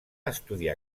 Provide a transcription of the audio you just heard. estudiar